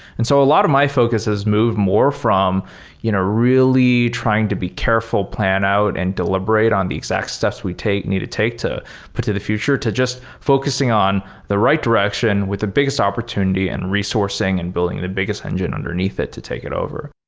and so a lot of my focus has moved more from you know really trying to be careful, plan out and deliberate on the exact steps we take, need to take, to put to the future to just focusing on the right direction with the biggest opportunity and resourcing and building the biggest engine underneath it to take it over